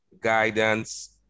guidance